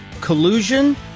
Collusion